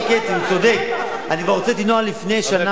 כבר הוצאתי נוהל לפני שנה על זה.